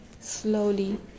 slowly